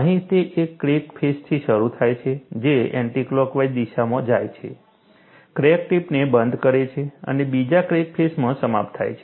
અહીં તે એક ક્રેક ફેસથી શરૂ થાય છે જે એન્ટિક્લોકવાઇઝ દિશામાં જાય છે ક્રેક ટિપને બંધ કરે છે અને બીજા ક્રેક ફેસમાં સમાપ્ત થાય છે